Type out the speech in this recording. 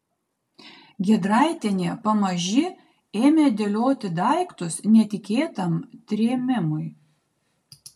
giedraitienė pamaži ėmė dėlioti daiktus netikėtam trėmimui